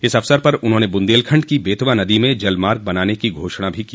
इस अवसर पर उन्होंने बुन्देलखण्ड की बेतवा नदी में जल मार्ग बनाने की घोषणा की